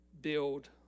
build